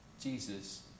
Jesus